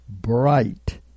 bright